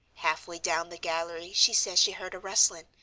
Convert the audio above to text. halfway down the gallery she says she heard a rustling,